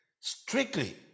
strictly